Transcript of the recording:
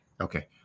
Okay